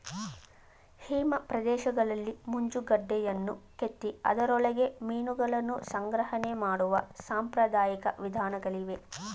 ಹಿಮ ಪ್ರದೇಶಗಳಲ್ಲಿ ಮಂಜುಗಡ್ಡೆಯನ್ನು ಕೆತ್ತಿ ಅದರೊಳಗೆ ಮೀನುಗಳನ್ನು ಸಂಗ್ರಹಣೆ ಮಾಡುವ ಸಾಂಪ್ರದಾಯಿಕ ವಿಧಾನಗಳಿವೆ